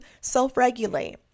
self-regulate